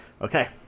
Okay